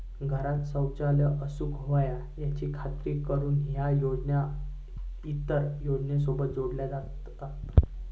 घरांत शौचालय असूक व्हया याची खात्री करुक ह्या योजना इतर योजनांसोबत जोडला जाता